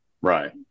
right